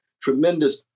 tremendous